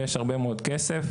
ויש הרבה מאוד כסף.